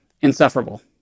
insufferable